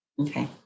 Okay